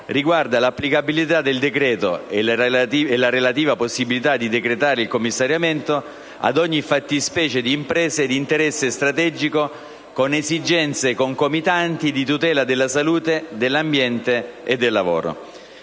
riguarda l'applicabilità del decreto - e la relativa possibilità di decretare il commissariamento - ad ogni fattispecie di impresa di interesse strategico con esigenze concomitanti di tutela della salute, dell'ambiente e del lavoro.